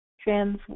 trans